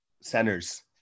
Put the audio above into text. Centers